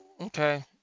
Okay